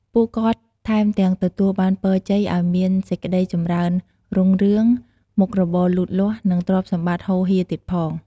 ពួកគាត់ថែមទាំងទទួលបានពរជ័យឲ្យមានសេចក្ដីចម្រើនរុងរឿង មុខរបរលូតលាស់ និងទ្រព្យសម្បត្តិហូរហៀរទៀតផង។